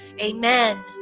Amen